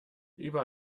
über